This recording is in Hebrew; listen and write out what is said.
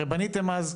הרי בניתם אז,